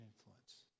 influence